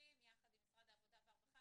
התקציבים יחד עם משרד העבודה והרווחה,